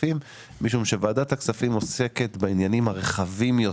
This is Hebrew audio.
הכספים משום שוועדת הכספים עוסקת בעניינים הרחבים יותר,